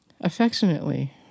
Affectionately